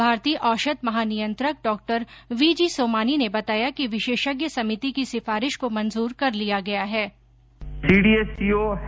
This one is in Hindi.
भारतीय औषध महानियंत्रक डॉ वीजी सोमानी ने बताया कि विशेषज्ञ समिति की सिफारिश को मंजूर कर लिया गया है